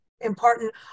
important